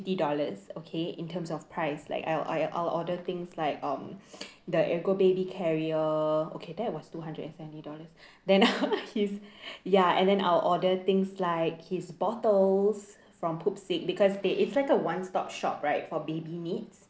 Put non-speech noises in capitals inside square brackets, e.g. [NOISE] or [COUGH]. fifty dollars okay in terms of price like I'll I'll order things like um [BREATH] the echo baby carrier okay that was two hundred and seventy dollars then his ya and then I'll order things like his bottles from Pupsik because they it's like a one stop shop right for baby needs